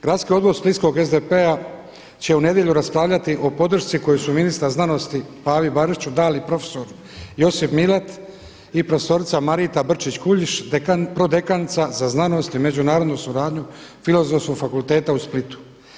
Gradski odbor splitskog SDP-a će u nedjelju raspravljati o podršci koju su ministar znanosti Pavi Barišiću dali profesor Josip Milat i profesorica Marita Brčić Kuljić prodekanica za znanost i međunarodnu suradnju Filozofskog fakulteta u Splitu.